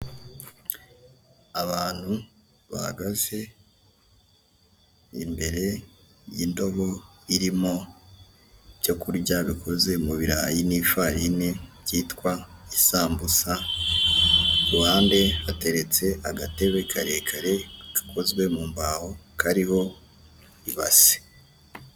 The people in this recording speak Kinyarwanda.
Abantu bahagaze imbere y'indobo irimo icyo kurya gakoze mu birayi n'ifarini, byitwa isambusa, ku ruhande hateretse agatebe karekare gakozwe mu mbaho, kariho ibase.